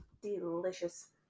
Delicious